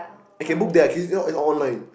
I can book there I can use on online